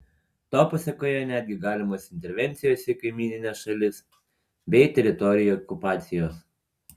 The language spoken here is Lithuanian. to pasėkoje netgi galimos intervencijos į kaimynines šalis bei teritorijų okupacijos